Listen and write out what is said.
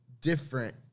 different